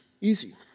easy